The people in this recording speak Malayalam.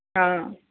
ആ